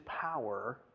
power